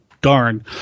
darn